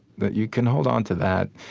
that you can hold onto that